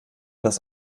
dass